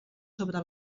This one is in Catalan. sobre